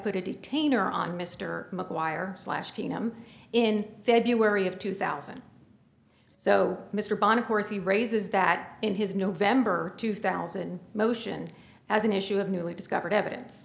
put a detainer on mr mcguire slash keenum in february of two thousand so mr bond of course he raises that in his november two thousand motion as an issue of newly discovered evidence